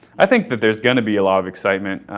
i think that there's going to be a lot of excitement.